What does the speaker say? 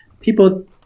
people